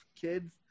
kids